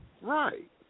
Right